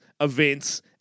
events